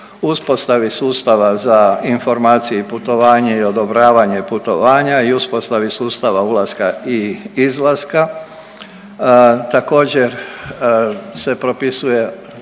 uspostavi sustava za informacije i putovanje i odobravanje putovanja i uspostavi sustava ulaska i izlaska. Također se propisuje